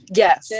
yes